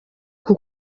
uku